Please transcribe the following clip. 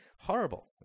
horrible